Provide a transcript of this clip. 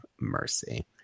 mercy